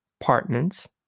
apartments